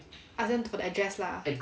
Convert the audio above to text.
ask them to put the address lah